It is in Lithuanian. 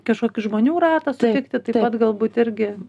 kažkokį žmonių ratą sutikti taip pat galbūt irgi